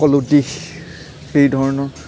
সকলো দিশ সেই ধৰণৰ